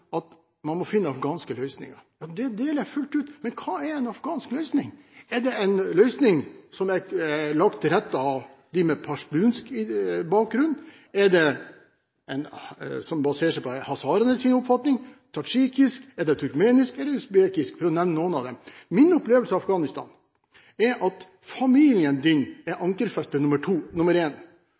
at man må finne afghanske løsninger. Det deler jeg fullt ut, men hva er en afghansk løsning? Er det en løsning som er lagt til rette av dem med pashtunsk bakgrunn, er det en som baserer seg på hazaraenes oppfatning, tadsjikisk, turkmensk eller usbekisk oppfatning, for å nevne noen av dem? Min opplevelse av Afghanistan er at familien din er ankerfeste nummer én. Nummer to er etnisiteten din, nummer